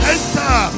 Enter